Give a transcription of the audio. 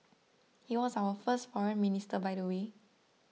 he was our first Foreign Minister by the way